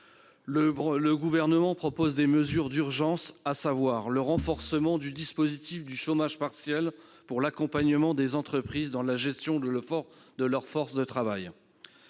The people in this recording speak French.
Le Gouvernement propose des mesures d'urgence, à savoir le renforcement du dispositif de chômage partiel pour l'accompagnement des entreprises dans la gestion de leur force de travail,